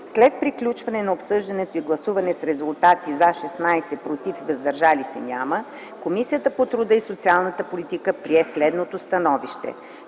След приключване на обсъждането и гласуване с резултати: „за” – 16 гласа, „против” и „въздържали се” няма, Комисията по труда и социалната политика прие следното становище: